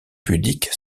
pudique